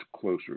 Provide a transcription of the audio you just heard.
closer